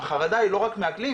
החרדה היא לא רק מאקלים.